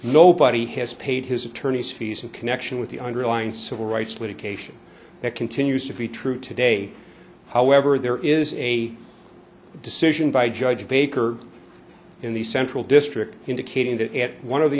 nobody has paid his attorney's fees in connection with the underlying civil rights litigation that continues to be true today however there is a decision by judge baker in the central district indicating that at one of the